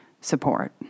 support